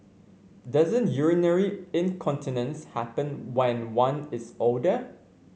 doesn't urinary incontinence happen when one is older